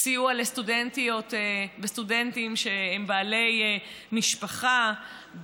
סיוע לסטודנטיות וסטודנטים שהם בעלי משפחה,